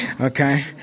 Okay